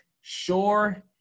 sure